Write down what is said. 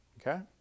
okay